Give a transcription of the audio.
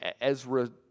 Ezra